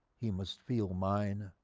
he must feel mine.